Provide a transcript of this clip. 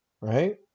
right